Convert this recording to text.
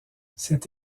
cet